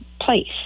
place